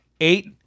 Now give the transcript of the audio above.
Eight